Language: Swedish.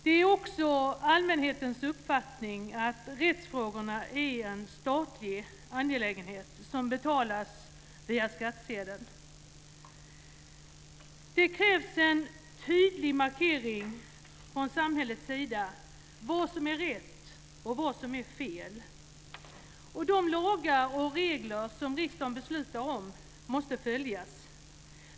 Det är också allmänhetens uppfattning att rättsfrågorna är en statlig angelägenhet som betalas via skattsedeln. Det krävs en tydlig markering från samhällets sida av vad som är rätt och vad som är fel. De lagar och regler som riksdagen beslutar om måste följas.